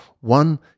one